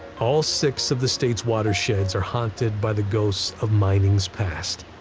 all six of the state's watersheds are haunted by the ghosts of mining's past.